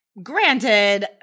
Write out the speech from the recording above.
Granted